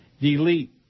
Delete